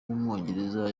w’umwongereza